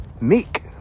meek